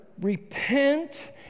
Repent